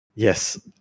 Yes